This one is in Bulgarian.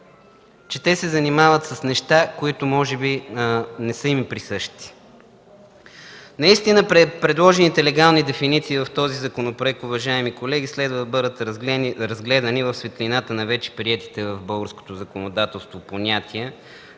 че те се занимават с неща, които може би не са им присъщи. Наистина предложените легални дефиниции в този законопроект, уважаеми колеги, следва да бъдат разгледани в светлината на вече приетите в българското законодателство понятия,